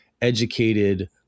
educated